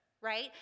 right